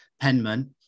Penman